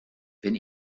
wenn